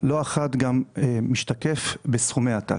לא אחת, בסכומי עתק.